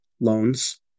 loans